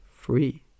free